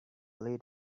lead